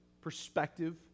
perspective